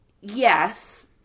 Yes